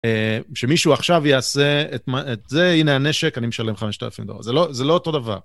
שמישהו עכשיו יעשה את זה, הנה הנשק, אני משלם 5,000 דולר. זה לא אותו דבר.